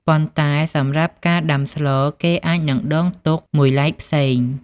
ប៉ុន្តែ សម្រាប់ការដំាស្ល គេអាចនឹងដងទុកមួយឡែកផ្សេង។